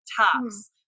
tops